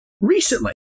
Recently